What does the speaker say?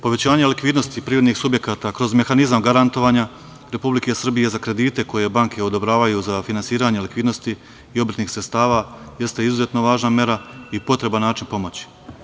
Povećanje likvidnosti privrednih subjekata kroz mehanizam garantovanja Republike Srbije za kredite koje banke odobravaju za finansiranje likvidnosti i obrtnih sredstava jeste izuzetno važna mera i potreban način pomoći.